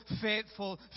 faithful